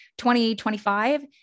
2025